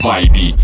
Vibe